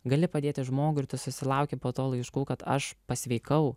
gali padėti žmogui ir tu susilauki po to laiškų kad aš pasveikau